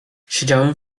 siedziałem